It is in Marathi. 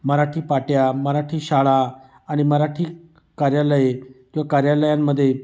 मराठी पाट्या मराठी शाळा आणि मराठी कार्यालये किंवा कार्यालयांमध्ये